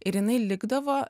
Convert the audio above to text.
ir jinai likdavo